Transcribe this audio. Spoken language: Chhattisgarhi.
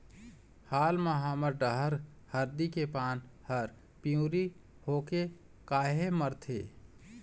हाल मा हमर डहर हरदी के पान हर पिवरी होके काहे मरथे?